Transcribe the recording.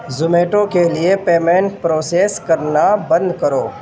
Zomato کے لیے payment process کرنا بند کرو